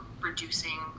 reducing